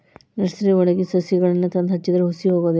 ನರ್ಸರಿವಳಗಿ ಸಸಿಗಳನ್ನಾ ತಂದ ಹಚ್ಚಿದ್ರ ಹುಸಿ ಹೊಗುದಿಲ್ಲಾ